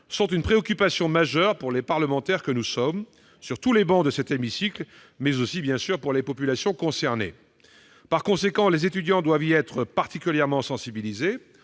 sont une préoccupation majeure pour les parlementaires que nous sommes, sur quelques travées que nous siégions, ainsi que pour les populations concernées. Par conséquent, les étudiants doivent y être particulièrement sensibilisés.